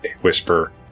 whisper